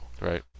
right